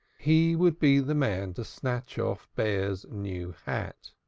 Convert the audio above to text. he would be the man to snatch off bear's new hat.